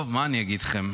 טוב, מה אני אגיד לכם.